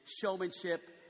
showmanship